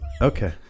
Okay